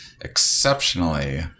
exceptionally